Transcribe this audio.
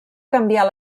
canviar